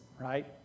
right